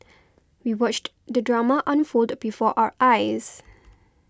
we watched the drama unfold before our eyes